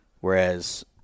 whereas